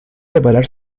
reparar